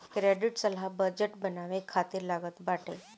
credit सलाह budget बनावे खातिर लागत बाटे